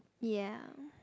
ya